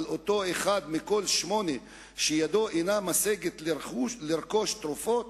אותו אחד מכל שמונה שידו אינה משגת לרכוש תרופות,